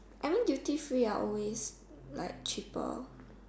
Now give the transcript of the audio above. I mean duty free are always like cheaper